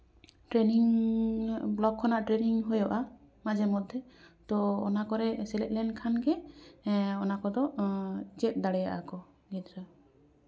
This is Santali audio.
ᱴᱨᱮᱱᱤᱝ ᱵᱞᱚᱠ ᱠᱷᱚᱱᱟᱜ ᱴᱨᱮᱱᱤᱝ ᱦᱩᱭᱩᱜᱼᱟ ᱢᱟᱡᱷᱮ ᱢᱚᱫᱽᱫᱷᱮ ᱛᱚ ᱚᱱᱟ ᱠᱚᱨᱮᱫ ᱥᱮᱞᱮᱫ ᱞᱮᱱᱠᱷᱟᱱ ᱜᱮ ᱦᱮᱸ ᱚᱱᱟ ᱠᱚᱫᱚ ᱪᱮᱫ ᱫᱟᱲᱭᱟᱜᱼᱟ ᱠᱚ ᱜᱤᱫᱽᱨᱟᱹ